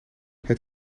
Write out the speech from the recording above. het